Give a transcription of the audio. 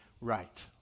right